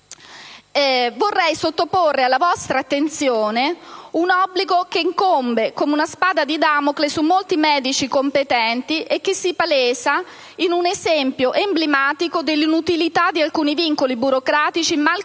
vorrei sottoporre alla vostra attenzione un obbligo che incombe come una spada di Damocle su molti medici competenti e che si palesa in un esempio emblematico dell'inutilità di alcuni vincoli burocratici, mal